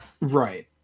Right